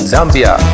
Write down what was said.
Zambia